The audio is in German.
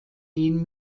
ihn